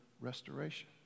restoration